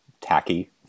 tacky